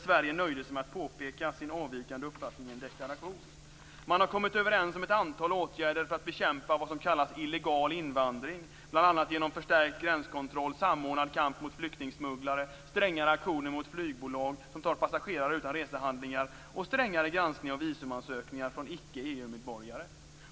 Sverige nöjde sig där med att peka på sin avvikande uppfattning i en deklaration. Man har kommit överens om ett antal åtgärder för att bekämpa vad som kallas för illegal invandring, bl.a. genom förstärkt gränskontroll, samordnad kamp mot flyktingsmugglare, strängare aktioner mot flygbolag som tar passagerare utan resehandlingar och strängare granskning av visumansökningar från icke-EU-medborgare.